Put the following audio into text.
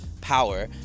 power